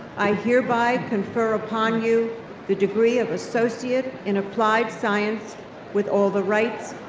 i hereby confer upon you the degree of associate in applied science with all the rights,